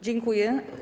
Dziękuję.